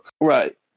right